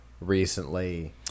recently